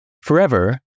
forever